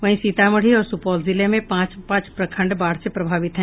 वहीं सीतामढी और सुपौल जिले में पांच पांच प्रखंड बाढ से प्रभावित हैं